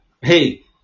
hey